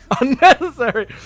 unnecessary